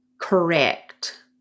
correct